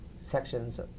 Sections